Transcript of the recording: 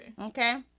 Okay